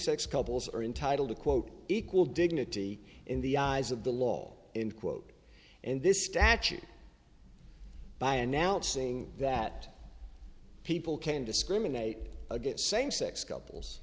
sex couples are entitled to quote equal dignity in the eyes of the law in quote and this statute by announcing that people can discriminate against same sex couples